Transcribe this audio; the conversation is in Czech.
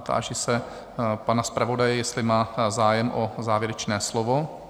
Táži se pana zpravodaje, jestli má zájem o závěrečné slovo?